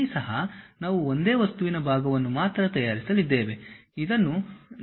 ಇಲ್ಲಿ ಸಹ ನಾವು ಒಂದೇ ವಸ್ತುವಿನ ಭಾಗವನ್ನು ಮಾತ್ರ ತಯಾರಿಸಲಿದ್ದೇವೆ